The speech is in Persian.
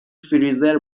فریزر